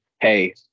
hey